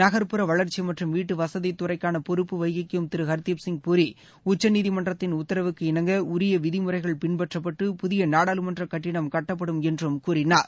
நகர்ப்புற வளர்ச்சி மற்றும் வீட்டு வசதித்துறைக்கான பொறுப்பு வகிக்கும் திரு ஹர்தீப் சிங் பூரி உச்சநீதிமன்றத்தின் உத்தரவுக்கு இனங்க உரிய விதிமுறைகள் பின்பற்றப்பட்டு புதிய நாடாளுமன்ற கட்டிடம் கட்டப்படும் என்றார்